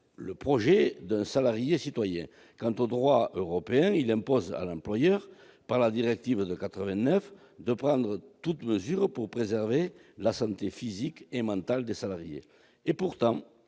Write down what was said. le projet d'un salarié-citoyen. Quant au droit européen, il impose à l'employeur, par la directive de 1989, de prendre toute mesure pour préserver la santé physique et mentale des salariés. Et pourtant,